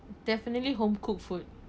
definitely home cooked food